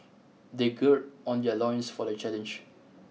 they gird on their loins for the challenge